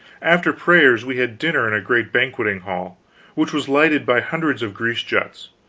after prayers we had dinner in a great banqueting hall which was lighted by hundreds of grease-jets,